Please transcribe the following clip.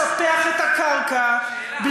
כי אי-אפשר לספח את הקרקע, שאלה.